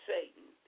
Satan